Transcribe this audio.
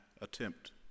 attempt